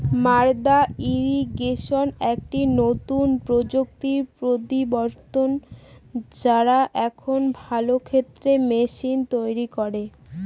মাদ্দা ইরিগেশন একটি নতুন প্রযুক্তির প্রবর্তক, যারা এখন ভালো ক্ষেতের মেশিন তৈরী করে